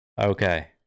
Okay